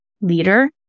leader